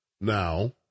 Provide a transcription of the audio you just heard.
now